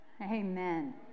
Amen